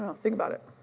um think about it.